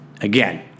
again